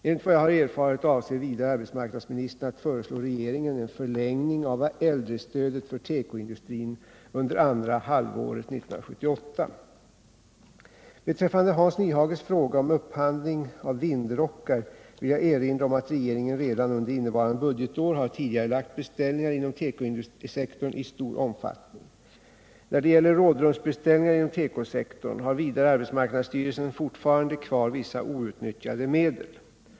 Enligt vad jag har erfarit avser vidare arbetsmarknadsministern att föreslå regeringen en förlängning av äldrestödet för tekoindustrin under andra halvåret 1978. Beträffande Hans Nyhages fråga om upphandling av vindrockar vill jag erinra om att regeringen redan under innevarande budgetår har tidigarelagt beställningar inom tekosektorn i stor omfattning. När det gäller rådrumsbeställningar inom tekosektorn har vidare arbetsmarknadsstyrelsen fortfarande kvar vissa outnyttjade medel.